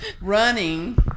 running